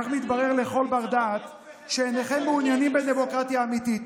כך מתברר לכל בר-דעת שאינכם מעוניינים בדמוקרטיה אמיתית.